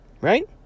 Right